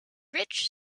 rich